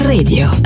Radio